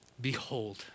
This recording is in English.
Behold